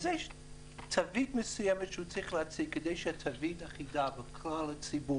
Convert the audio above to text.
אז יש תווית מסוימת שהוא צריך להציג כדי שתהיה תווית אחידה בכלל הציבור,